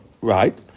Right